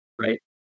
right